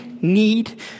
need